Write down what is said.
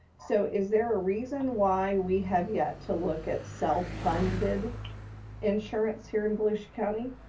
so is there a reason why we have yet to look at self-funded insurance here in volusia county?